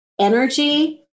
energy